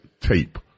tape